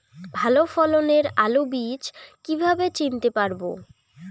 ভালো ফলনের আলু বীজ কীভাবে চিনতে পারবো?